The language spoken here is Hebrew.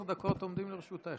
עשר דקות לרשותך.